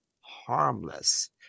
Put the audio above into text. harmless